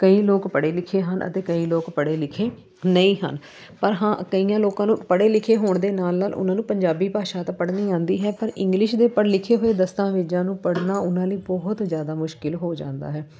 ਕਈ ਲੋਕ ਪੜ੍ਹੇ ਲਿਖੇ ਹਨ ਅਤੇ ਕਈ ਲੋਕ ਪੜ੍ਹੇ ਲਿਖੇ ਨਹੀਂ ਹਨ ਪਰ ਹਾਂ ਕਈਆਂ ਲੋਕਾਂ ਨੂੰ ਪੜ੍ਹੇ ਲਿਖੇ ਹੋਣ ਦੇ ਨਾਲ ਨਾਲ ਉਹਨਾਂ ਨੂੰ ਪੰਜਾਬੀ ਭਾਸ਼ਾ ਤਾਂ ਪੜ੍ਹਨੀ ਆਉਂਦੀ ਹੈ ਪਰ ਇੰਗਲਿਸ਼ ਦੇ ਪੜ ਲਿਖੇ ਹੋਏ ਦਸਤਾਵੇਜ਼ਾਂ ਨੂੰ ਪੜ੍ਹਨਾ ਉਹਨਾਂ ਲਈ ਬਹੁਤ ਜ਼ਿਆਦਾ ਮੁਸ਼ਕਿਲ ਹੋ ਜਾਂਦਾ ਹੈ